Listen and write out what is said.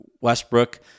Westbrook